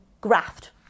graft